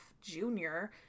Junior